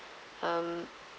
um